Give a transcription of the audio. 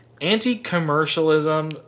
Anti-commercialism